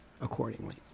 accordingly